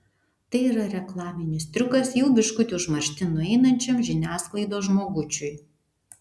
tai yra reklaminis triukas jau biškutį užmarštin nueinančiam žiniasklaidos žmogučiui